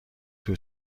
توت